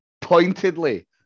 pointedly